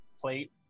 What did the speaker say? plate